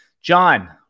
John